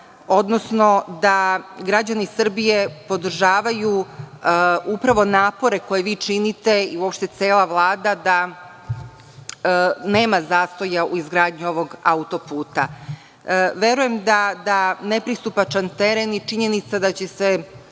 odnosno da građani Srbije podržavaju upravo napore koje vi činite, uopšte i cela Vlada, da nema zastoja u izgradnji ovog autoputa. Verujem da nepristupačan teren je činjenica da će se